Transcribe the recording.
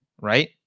Right